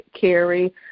carry